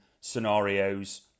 scenarios